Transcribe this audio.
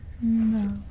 No